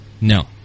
no